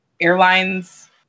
airline's